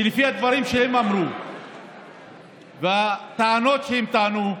כי לפי הדברים שהם אמרו והטענות שהם טענו,